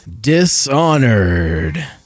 Dishonored